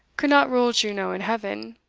could not rule juno in heaven,